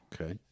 Okay